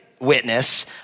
witness